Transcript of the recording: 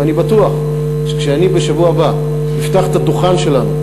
ואני בטוח שכשאני בשבוע הבא אפתח את הדוכן שלנו,